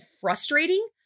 frustrating